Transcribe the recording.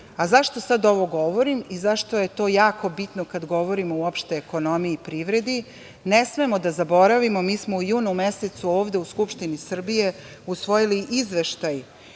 Zašto sad ovo govorim i zašto je to jako bitno kad govorimo uopšte o ekonomiji i privredi? Ne smemo da zaboravimo, mi smo u junu mesecu ovde u Skupštini Srbije usvojili Izveštaj